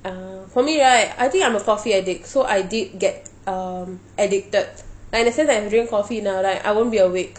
ah for me right I think I'm a coffee addict so I did get um addicted like in a sense I'm drink coffee now right I won't be awake